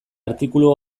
artikulu